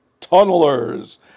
Tunnelers